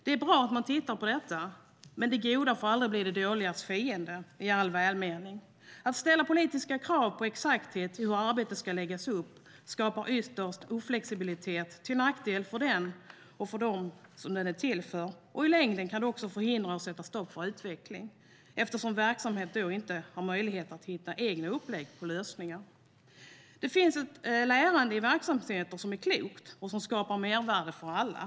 Det är bra att man tittar på detta, men det goda får aldrig bli det dåligas fiende i all välmening. Att ställa politiska krav på exakthet i hur arbetet ska läggas upp skapar ytterst oflexibilitet, till nackdel för dem den är till för. I längden kan det också förhindra och sätta stopp för utveckling eftersom verksamheten då inte har möjlighet att hitta egna upplägg på lösningar. Det finns ett lärande i verksamheter som är klokt och som skapar mervärde för alla.